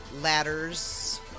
ladders